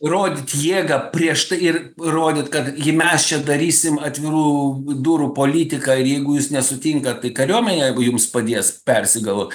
rodyt jėgą prieš tai ir rodyt kad ji mes čia darysim atvirų durų politiką ir jeigu jūs nesutinkat tai kariuomenė jums padės persigalvot